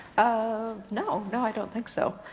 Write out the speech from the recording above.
ah, no, no i don't think so.